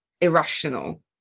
irrational